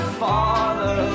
father